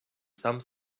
some